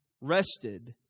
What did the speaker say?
rested